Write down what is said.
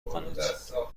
کنید